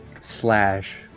slash